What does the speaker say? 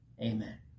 Amen